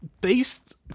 based